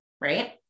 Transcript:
right